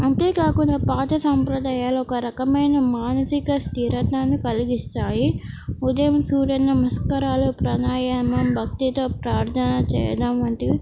అంతేకాకుండా పాత సంంప్రదాయాలు ఒక రకమైన మానసిక స్థిరతని కలిగిస్తాయి ఉదయం సూర్యనమస్కరాలు ప్రణాయామం భక్తితో ప్రార్థన చేయడం వంటివి